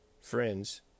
friends